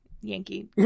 Yankee